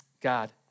God